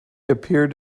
appeared